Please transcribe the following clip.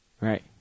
Right